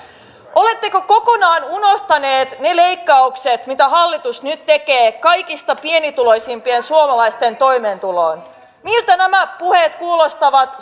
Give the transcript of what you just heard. oletteko kokonaan unohtaneet ne leikkaukset mitä hallitus nyt tekee kaikista pienituloisimpien suomalaisten toimeentuloon miltä nämä puheet kuulostavat